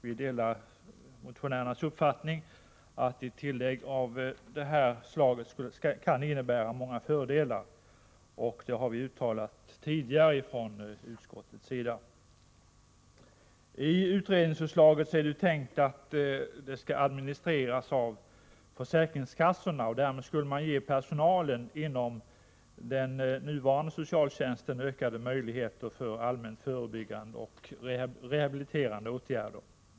Vi delar motionärernas uppfattning att ett tillägg av detta slag kan innebära många fördelar, och det har vi också uttalat tidigare från utskottet. Enligt utredningsförslaget är det tänkt att socialförsäkringstillägget skall administreras av försäkringskassorna. Därmed skulle man ge personalen inom den nuvarande socialtjänsten ökade möjligheter till allmänt förebyggande och rehabiliterande åtgärder.